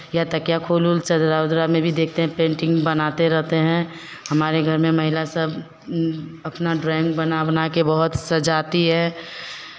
या तकिया खोल ऊल चदरा उदरा में भी देखते हैं पेंटिंग बनाते रहते हैं हमारे घर में महिला सब अपना ड्राइंग बना बना के बहुत सजाती है